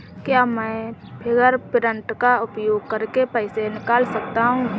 क्या मैं फ़िंगरप्रिंट का उपयोग करके पैसे निकाल सकता हूँ?